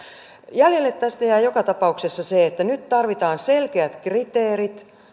jäljelle tästä jää joka tapauksessa se että nyt tarvitaan selkeät kriteerit